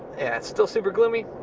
it's still super gloomy,